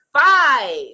five